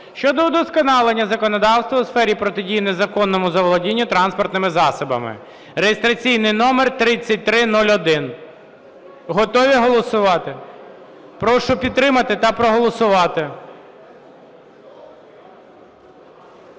щодо удосконалення законодавства у сфері протидії незаконному заволодінню транспортними засобами (реєстраційний номер 3301). Готові голосувати? Прошу підтримати та проголосувати.